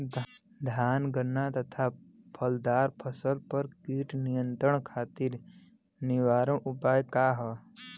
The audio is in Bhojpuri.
धान गन्ना तथा फलदार फसल पर कीट नियंत्रण खातीर निवारण उपाय का ह?